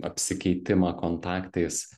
apsikeitimą kontaktais